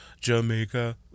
Jamaica